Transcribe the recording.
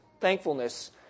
thankfulness